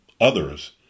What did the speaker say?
others